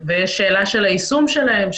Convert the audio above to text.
ויש שאלת היישום שלהם,